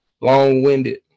long-winded